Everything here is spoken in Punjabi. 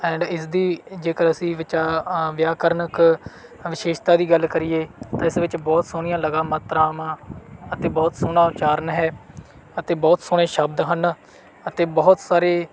ਐਂਡ ਇਸਦੀ ਜੇਕਰ ਅਸੀਂ ਵਿਚਾ ਆ ਵਿਆਕਰਨਕ ਵਿਸ਼ੇਸ਼ਤਾ ਦੀ ਗੱਲ ਕਰੀਏ ਤਾਂ ਇਸ ਵਿੱਚ ਬਹੁਤ ਸੋਹਣੀਆਂ ਲਗਾ ਮਾਤਰਾਵਾਂ ਅਤੇ ਬਹੁਤ ਸੋਹਣਾ ਉਚਾਰਨ ਹੈ ਅਤੇ ਬਹੁਤ ਸੋਹਣੇ ਸ਼ਬਦ ਹਨ ਅਤੇ ਬਹੁਤ ਸਾਰੇ